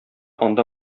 анда